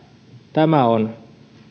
tämä on